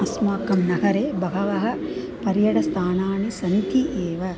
अस्माकं नगरे बहूनि पर्यटनस्थानानि सन्ति एव